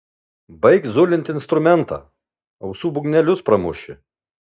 baik zulinti instrumentą ausų būgnelius pramuši